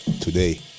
today